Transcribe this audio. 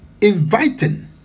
inviting